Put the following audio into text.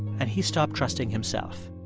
and he stopped trusting himself